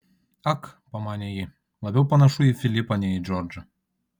ak pamanė ji labiau panašu į filipą nei į džordžą